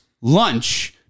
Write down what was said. lunch